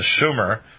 Schumer